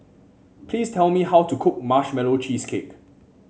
please tell me how to cook Marshmallow Cheesecake